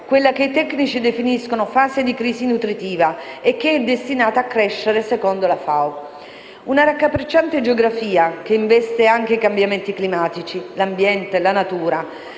fase 3, che i tecnici definiscono fase di crisi nutritiva e che è destinata a crescere secondo la FAO. Una raccapricciante geografia che investe anche i cambiamenti climatici, l'ambiente, la natura.